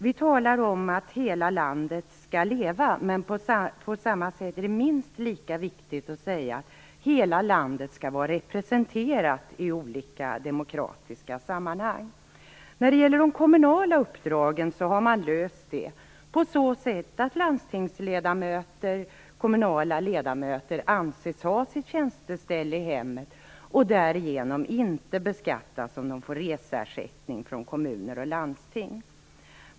Vi talar om att hela landet skall leva, men det är minst lika viktigt att säga att hela landet skall vara representerat i olika demokratiska sammanhang. När det gäller de kommunala uppdragen har man löst detta så att landstingsledamöter och kommunala ledamöter anses ha sitt tjänsteställe i hemmet. Därigenom beskattas de inte om de får reseersättning från kommuner och landsting.